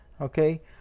okay